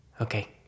Okay